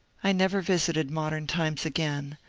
i never visited modem times again,